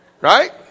Right